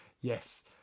yes